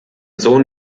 sohn